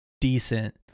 decent